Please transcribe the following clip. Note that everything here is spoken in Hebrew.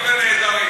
ונעדרים?